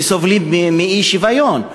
כסובלים מאי-שוויון.